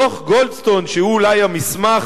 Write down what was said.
דוח-גולדסטון, שהוא אולי המסמך,